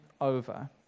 over